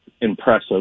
impressive